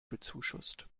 bezuschusst